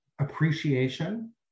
appreciation